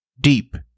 deep